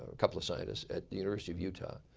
ah couple of scientists, at the university of utah,